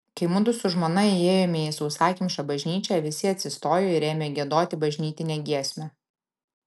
kai mudu su žmona įėjome į sausakimšą bažnyčią visi atsistojo ir ėmė giedoti bažnytinę giesmę